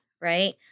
right